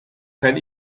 kann